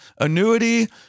annuity